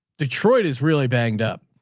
detroit is really banged up.